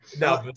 No